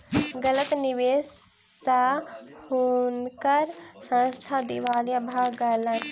गलत निवेश स हुनकर संस्थान दिवालिया भ गेलैन